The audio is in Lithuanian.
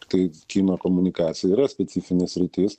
tai kino komunikacija yra specifinė sritis